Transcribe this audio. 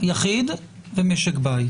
יחיד ומשק בית.